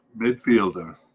midfielder